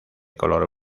color